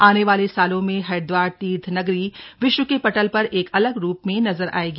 आने वाले सालों में हरिद्वार तीर्थनगरी विश्व के पटल पर एक अलग रूप में नजर आयेगी